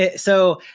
yeah so,